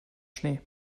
schnee